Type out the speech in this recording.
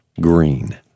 green